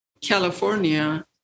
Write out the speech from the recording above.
California